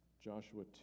Joshua